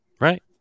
Right